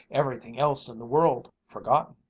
everything else in the world forgotten.